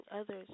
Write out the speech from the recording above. others